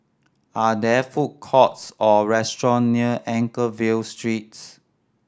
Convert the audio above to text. are there food courts or restaurant near Anchorvale Street